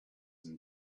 and